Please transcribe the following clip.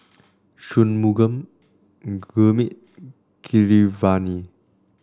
Shunmugam Gurmeet Keeravani